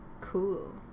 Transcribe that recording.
Cool